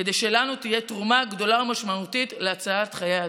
כדי שלנו תהיה תרומה גדולה ומשמעותית להצלת חיי אדם.